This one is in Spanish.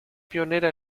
pionera